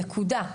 נקודה.